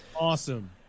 Awesome